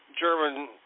German